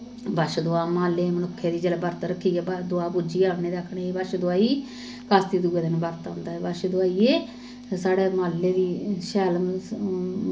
बच्छ दुआह् माल्लै मनुक्खै दी जेल्लै बर्त रक्खियै दुआह् पूजियै औन्नें ते आखनें ए बच्छदुआही कास्ती दे दूए दिन एह् बर्त औंदा ते बच्छदुआहिये साढ़े माल्ले दी शैल मलतब